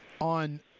On